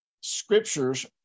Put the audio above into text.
Scriptures